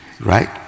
right